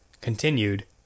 continued